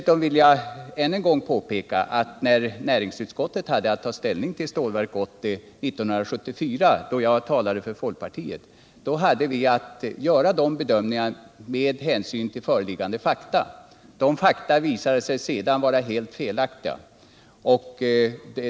Jag vill än en gång påpeka att näringsutskottet, när det 1974 hade att ta ställning till Stålverk 80 och då jag talade för folkpartiet, hade att göra sina bedömningar med hänsyn till föreliggande fakta. Dessa fakta visade sig sedan vara helt felaktiga.